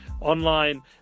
online